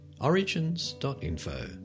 origins.info